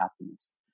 happiness